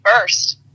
first